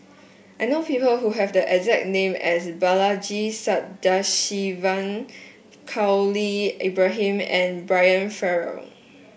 I know people who have the exact name as Balaji Sadasivan Khalil Ibrahim and Brian Farrell